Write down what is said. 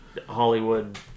Hollywood